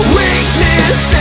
weakness